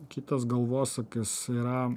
kitas galvosūkis yra